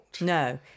No